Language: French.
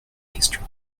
questions